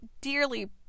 dearly